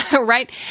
right